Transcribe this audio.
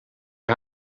hij